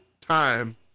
time